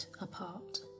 apart